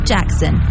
Jackson